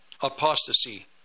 apostasy